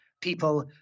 people